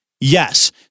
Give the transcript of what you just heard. yes